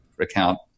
account